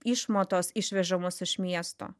išmatos išvežamos iš miesto